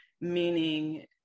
meaning